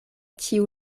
tiu